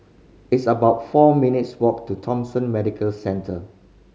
it's about four minutes' walk to Thomson Medical Centre